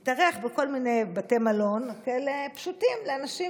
הוא התארח בכל מיני בתי מלון כאלה פשוטים, לאנשים,